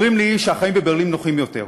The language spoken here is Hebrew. אומרים לי שהחיים בברלין נוחים יותר,